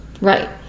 Right